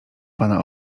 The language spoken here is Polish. pana